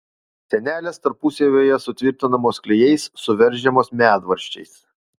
sienelės tarpusavyje sutvirtinamos klijais suveržiamos medvaržčiais